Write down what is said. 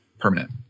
permanent